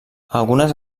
algunes